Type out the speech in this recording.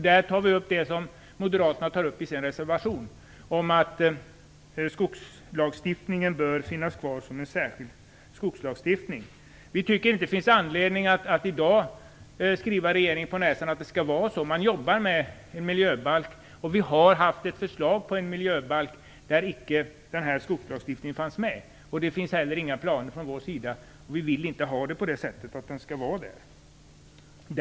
Där tar vi upp det som Moderaterna tar upp i sin reservation, nämligen att skogslagstiftningen bör finnas kvar som en särskild skogslagstiftning. Vi tycker inte att det finns anledning att i dag skriva regeringen på näsan hur det skall vara. Man arbetar med en miljöbalk. Vi har haft ett förslag till en miljöbalk där skogslagstiftningen inte fanns med. Det finns inga sådana planer från vår sida, och vi vill heller inte att den skall vara med.